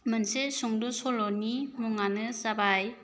मोनसे सुंद' सल'नि मुङानो जाबाय